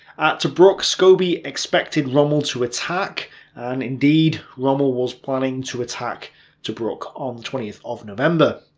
at tobruk scobie expected rommel to attack and indeed, rommel was planning to attack tobruk on the twentieth of november.